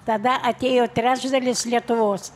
tada atėjo trečdalis lietuvos